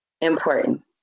important